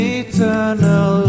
eternal